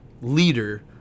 leader